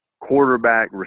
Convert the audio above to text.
quarterback